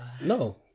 No